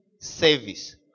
service